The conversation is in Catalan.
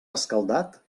escaldat